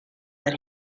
that